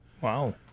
Wow